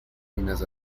minas